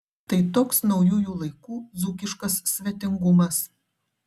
tai toks naujųjų laikų dzūkiškas svetingumas